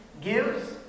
gives